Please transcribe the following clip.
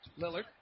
Lillard